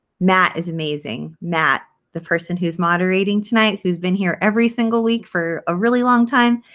matt is amazing. matt, the person who's moderating tonight who's been here every single week for a really long time.